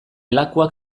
lakuak